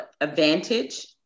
advantage